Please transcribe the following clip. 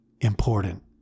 important